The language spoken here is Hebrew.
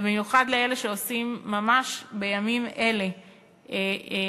ובמיוחד לאלה שעושים ממש בימים אלה לילות